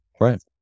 Right